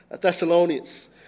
Thessalonians